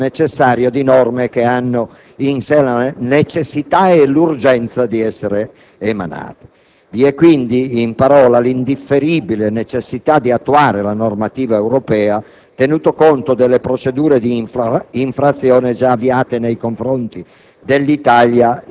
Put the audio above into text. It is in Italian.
come uno stralcio necessario di norme che hanno in sé la necessità e l'urgenza di essere emanate. Vi è in una parola l'indifferibile necessità di attuare la normativa europea, tenuto conto delle procedure di infrazione già avviate nei confronti